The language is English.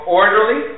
Orderly